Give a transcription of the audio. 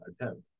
attempt